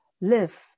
live